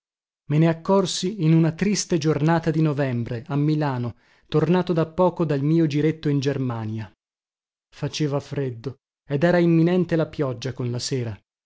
me ne accorsi in una triste giornata di novembre a milano tornato da poco dal mio giretto in germania faceva freddo ed era imminente la pioggia con la sera